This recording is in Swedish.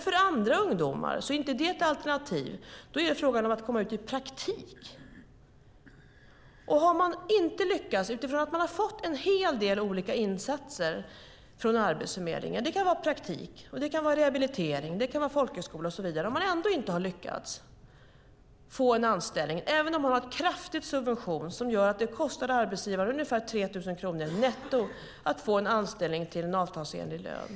För andra ungdomar är det inte ett alternativ. Alltid har man inte lyckats även om man har fått en hel del olika insatser från Arbetsförmedlingen. Det kan vara praktik, det kan vara rehabilitering eller folkhögskola. Man har ändå inte lyckats att få en anställning, även om det finns en kraftig subvention som gör att det kostar en arbetsgivare ungefär 3 000 kronor netto per anställning med en avtalsenlig lön.